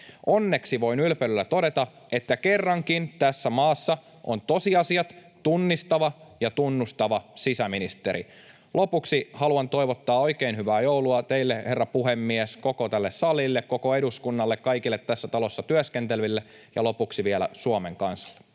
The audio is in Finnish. Onneksi voin ylpeydellä todeta, että kerrankin tässä maassa on tosiasiat tunnistava ja tunnustava sisäministeri. Lopuksi haluan toivottaa oikein hyvää joulua teille, herra puhemies, koko tälle salille, koko eduskunnalle, kaikille tässä talossa työskenteleville ja lopuksi vielä Suomen kansalle.